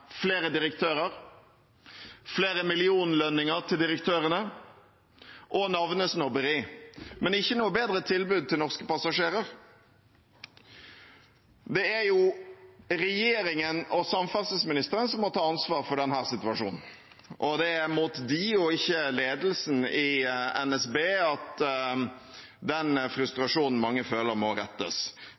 flere direktører, flere millionlønninger til direktørene og navnesnobberi, men ikke noe bedre tilbud til norske passasjerer. Det er regjeringen og samferdselsministeren som må ta ansvaret for denne situasjonen, og det er mot dem og ikke mot ledelsen i NSB at den frustrasjonen mange føler, må rettes,